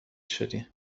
شدی